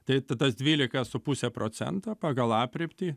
tai tas dvylika su puse procento pagal aprėptį